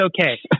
okay